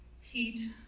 heat